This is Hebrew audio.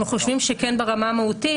אנחנו חושבים שכן ברמה המהותית.